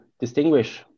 distinguish